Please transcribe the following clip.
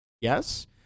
yes